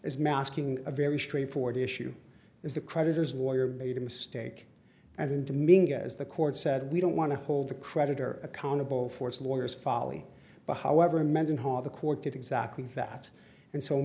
is masking a very straightforward issue is the creditors warrior made a mistake and meaning as the court said we don't want to hold the creditor accountable for its lawyers folly but however mendenhall the court did exactly that and so